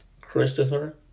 Christopher